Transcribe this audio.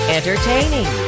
Entertaining